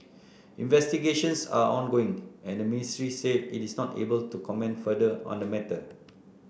investigations are ongoing and the ministry said it is not able to comment further on the matter